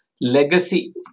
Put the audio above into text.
legacy